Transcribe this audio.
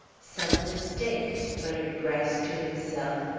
some mistake, muttered gryce to himself,